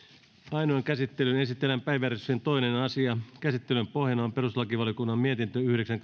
ainoaan käsittelyyn esitellään päiväjärjestyksen toinen asia käsittelyn pohjana on perustuslakivaliokunnan mietintö yhdeksän